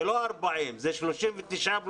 אלה לא 40 ילדים בכיתה אלא אלה 39 ילדים